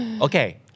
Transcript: Okay